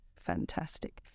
fantastic